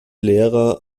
lehrer